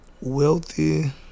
Wealthy